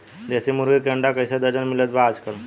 देशी मुर्गी के अंडा कइसे दर्जन मिलत बा आज कल?